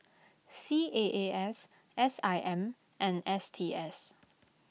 C A A S S I M and S T S